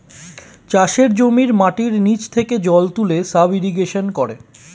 চাষের জমির মাটির নিচে থেকে জল তুলে সাব ইরিগেশন করে